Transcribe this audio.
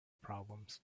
problems